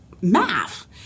math